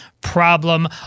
problem